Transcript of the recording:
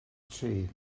trên